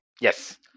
Yes